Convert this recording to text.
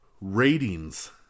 Ratings